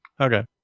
okay